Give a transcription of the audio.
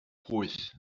pwyth